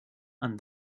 and